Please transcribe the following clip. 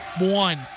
one